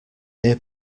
ear